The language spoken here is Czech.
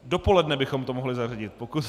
Dopoledne bychom to mohli zařadit, pokud...